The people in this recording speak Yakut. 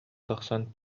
тахсан